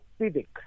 civic